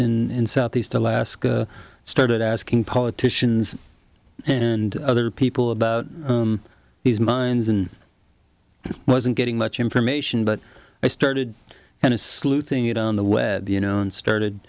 s in southeast alaska started asking politicians and other people about these mines and i wasn't getting much information but i started and it's sleuthing it on the web you know and started